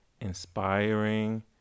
inspiring